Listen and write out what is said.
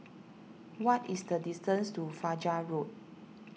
what is the distance to Fajar Road